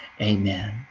Amen